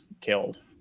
killed